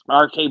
RK